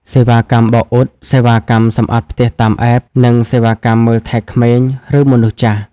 សេវាកម្មបោកអ៊ុត សេវាកម្មសម្អាតផ្ទះតាម App, និងសេវាកម្មមើលថែក្មេង ឬមនុស្សចាស់។